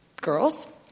girls